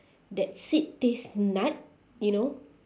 that seed taste nut you know